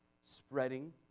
spreading